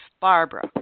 Barbara